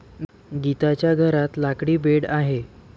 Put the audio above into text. गीताच्या घरात लाकडी बेड आहे